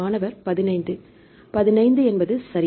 மாணவர் 15 15 என்பது சரி